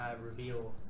reveal